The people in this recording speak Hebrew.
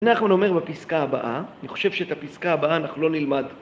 נחמן אומר בפסקה הבאה, אני חושב שאת הפסקה הבאה אנחנו לא נלמד.